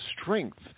strength